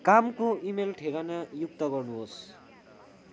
कामको इमेल ठेगाना युक्त गर्नुहोस्